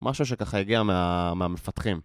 משהו שככה הגיע מהמפתחים